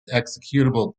executable